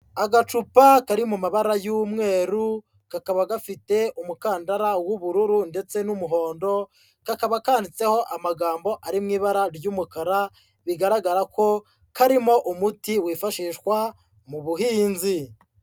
Agacupa kari mu mabara y'umweru, kakaba gafite umukandara w'ubururu ndetse n'umuhondo, kakaba kanditseho amagambo ari mu ibara ry'umukara, bigaragara ko karimo umuti wifashishwa mu buhinzi.